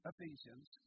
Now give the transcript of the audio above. Ephesians